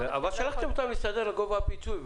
אבל שלחתם אותם להסתדר על גובה הפיצוי,